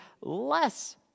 less